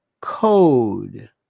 code